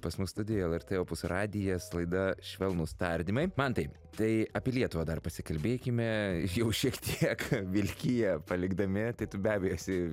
pas mus studijoj lrt opus radijas laida švelnūs tardymai mantai tai apie lietuvą dar pasikalbėkime jau šiek tiek vilkiją palikdami tai tu be abejo esi